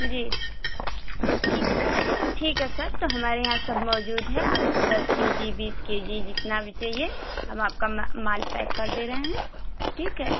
जी ठीक ठीक है सर तो हमारे यहाँ सब मौजूद है आपको दस के जी बीस के जी जितना भी चाहिए हम आपका माल पैक कर दे रहे हैं ठीक है